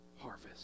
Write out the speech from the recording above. harvest